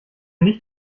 nicht